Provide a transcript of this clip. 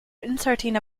inserting